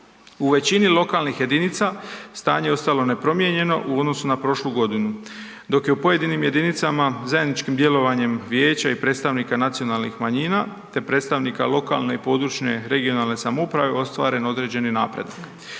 U većini lokalnih jedinica, stanje je ostalo nepromijenjeno u odnosu na prošlu godinu, dok je u pojedinim jedinicama zajedničkim djelovanjem Vijeća i predstavnika nacionalnih manjina te predstavnika lokalne i područne (regionalne) samouprave ostvaren određeni napredak.